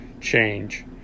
change